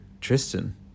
Tristan